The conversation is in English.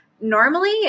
Normally